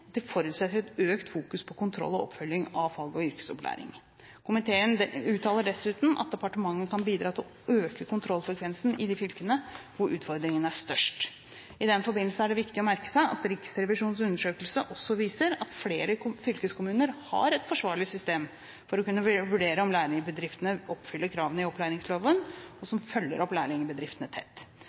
det forutsetter et økt fokus på kontroll og oppfølging av fag- og yrkesopplæringen. Komiteen uttaler dessuten at departementet kan bidra til å øke kontrollfrekvensen i de fylkene hvor utfordringene er størst. I den forbindelse er det viktig å merke seg at Riksrevisjonens undersøkelse også viser at flere fylkeskommuner har et forsvarlig system for å kunne vurdere om lærebedriftene oppfyller kravene i opplæringsloven, og som følger opp lærebedriftene tett.